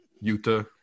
Utah